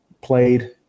played